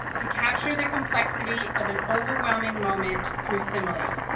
to capture the complexity of an overwhelming moment through simile,